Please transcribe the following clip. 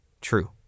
true